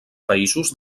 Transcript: països